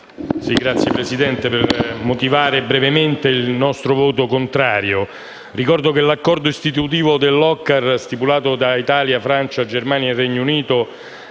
Signora Presidente, vorrei motivare brevemente il nostro voto contrario. Ricordo che all'Accordo istitutivo dell'OCCAR, stipulato tra Italia, Francia, Germania e Regno Unito,